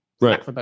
Right